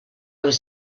was